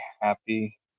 happy